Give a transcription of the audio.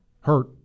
hurt